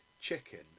chicken